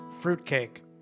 Fruitcake